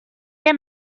què